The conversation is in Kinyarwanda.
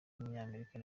w’umunyamerika